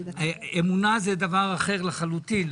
אמונה זה דבר אחר לחלוטין.